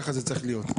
וככה זה צריך להיות.